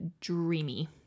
dreamy